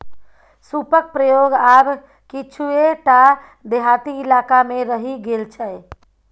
सूपक प्रयोग आब किछुए टा देहाती इलाकामे रहि गेल छै